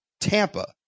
Tampa